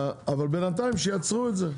אבל, בינתיים, שיעצרו את זה.